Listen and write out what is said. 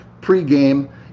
pregame